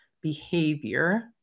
behavior